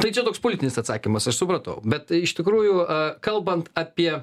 tai čia toks politinis atsakymas aš supratau bet iš tikrųjų kalbant apie